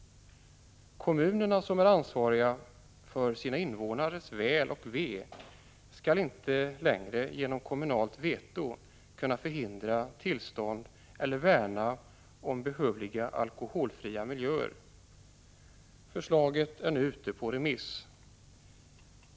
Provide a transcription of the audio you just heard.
Kommunerna, som är ansvariga för sina invånares väl och ve, skall inte längre genom kommunalt veto kunna förhindra tillstånd eller värna om behövliga alkoholfria miljöer. Förslaget är nu ute på remiss.